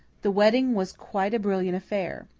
the wedding was quite a brilliant affair.